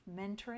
mentoring